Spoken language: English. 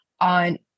on